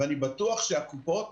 אני בטוח שהקופות,